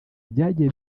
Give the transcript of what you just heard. byagiye